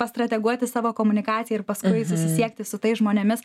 pastrateguoti savo komunikaciją ir paskui susisiekti su tais žmonėmis